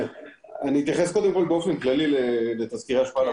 אני אתייחס קודם כל באופן כללי לתסקירי השפעה על